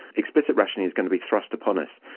explicit rationing is going to be thrust upon us.